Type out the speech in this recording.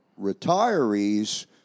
retirees